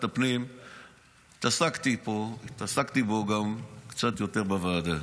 הפנים התעסקתי בו גם קצת יותר בוועדה: